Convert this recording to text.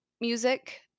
music